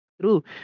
true